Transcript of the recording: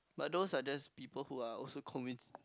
but those are just people who are also convince